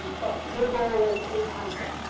but their goal is eight hundred,